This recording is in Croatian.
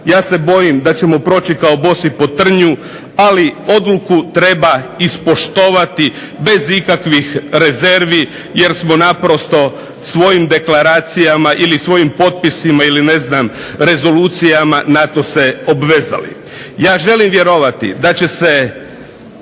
ja se bojim da ćemo proći kao bosi po trnju ali odluku treba ispoštovati bez ikakvih rezervi jer smo naprosto svojim deklaracijama ili svojim potpisima ili ne znam rezolucijama na to se obvezali. Ja želim vjerovati da će se